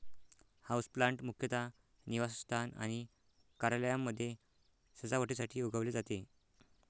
houseplant मुख्यतः निवासस्थान आणि कार्यालयांमध्ये सजावटीसाठी उगवले जाते